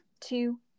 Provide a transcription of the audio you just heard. two